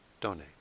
donate